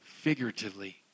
Figuratively